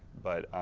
but,